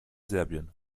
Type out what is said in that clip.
serbien